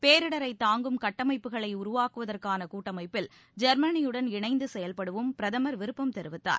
பேரிடரை தாங்கும் கட்டமைப்புகளை உருவாக்குவதற்கான கூட்டமைப்பில் ஜெர்மனியுடன் இணைந்து செயல்படவும் பிரதமர் விருப்பம் தெரிவித்தார்